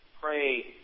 pray